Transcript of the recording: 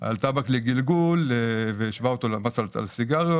על טבק לגלגול והשווה אותו למס על סיגריות.